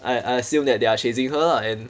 I I assume that they are chasing her lah and